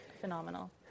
phenomenal